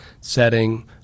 setting